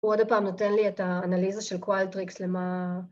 ‫עוד פעם, נותן לי את האנליזה ‫של קואלטריקס למה...